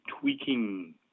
tweaking